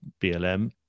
BLM